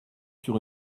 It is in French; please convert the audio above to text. sur